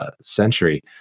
century